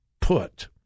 put